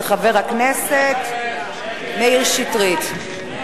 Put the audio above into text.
של חבר הכנסת מאיר שטרית.